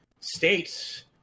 states